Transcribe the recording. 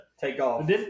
takeoff